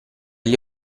gli